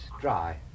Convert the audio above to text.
Dry